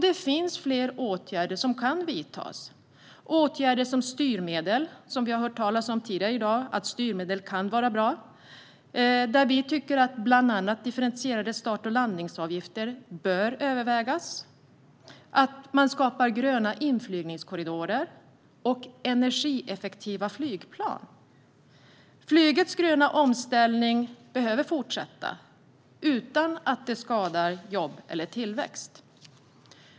Det finns fler åtgärder som kan vidtas och styrmedel som kan användas. Vi har tidigare i dag hört att styrmedel kan vara bra. Till exempel tycker vi att man bör överväga differentierade start och landningsavgifter samt att skapa gröna inflygningskorridorer och energieffektiva flygplan. Flygets gröna omställning behöver fortsätta, utan att denna omställning skadar jobb eller tillväxt.